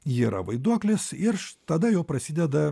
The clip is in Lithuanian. ji yra vaiduoklis ir tada jau prasideda